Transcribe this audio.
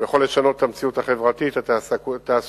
הוא יכול לשנות את המציאות החברתית, התעסוקתית